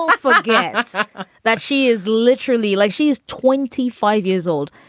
like like yeah and that she is literally like she is twenty five years old.